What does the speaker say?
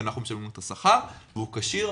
ואנחנו משלמים לו את השכר והוא כשיר.